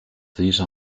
these